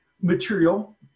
material